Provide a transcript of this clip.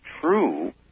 true